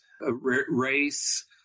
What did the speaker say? race